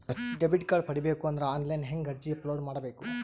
Debit card ಪಡಿಬೇಕು ಅಂದ್ರ online ಹೆಂಗ್ ಅರ್ಜಿ ಅಪಲೊಡ ಮಾಡಬೇಕು?